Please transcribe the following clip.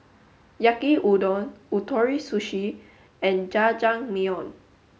Yaki Udon Ootoro Sushi and Jajangmyeon